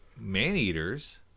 Maneaters